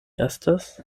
estas